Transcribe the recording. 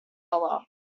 other